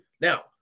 Now